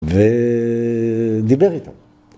ו... דיבר איתם.